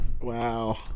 Wow